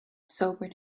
sobered